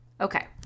Okay